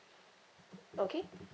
okay